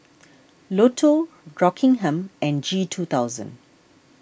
Lotto Rockingham and G two thousand